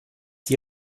die